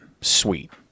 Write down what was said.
Sweet